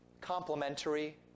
complementary